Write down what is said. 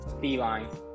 feline